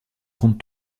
compte